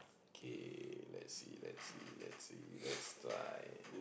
K let's see let's let's see let's see let's try